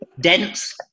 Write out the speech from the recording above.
Dense